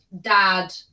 Dad